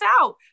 out